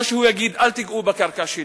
או שהוא יגיד: אל תיגעו בקרקע שלי,